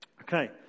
Okay